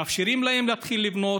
מאפשרים להם להתחיל לבנות,